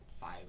five